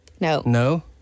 No